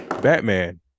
Batman